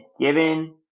given